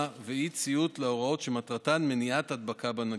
ואי-ציות להוראות שמטרתן מניעת הדבקה בנגיף.